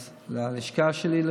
אז להעביר ללשכה שלי.